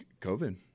COVID